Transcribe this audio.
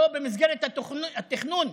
לא במסגרת התכנון.